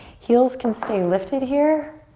heels can stay lifted here,